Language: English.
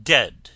Dead